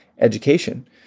education